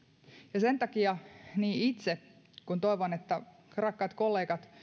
ja sen takia toivon että niin itse kuin rakkaat kollegat